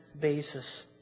basis